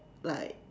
like